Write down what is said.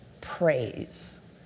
praise